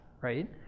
right